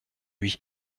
lui